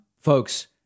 Folks